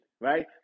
right